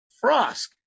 Frost